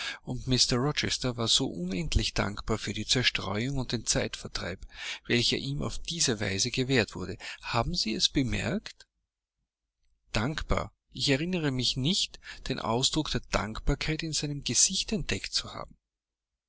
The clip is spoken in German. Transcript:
und mr rochester war so unendlich dankbar für die zerstreuung und den zeitvertreib welcher ihm auf diese weise gewährt wurde haben sie es bemerkt dankbar ich erinnere mich nicht den ausdruck der dankbarkeit in seinem gesichte entdeckt zu haben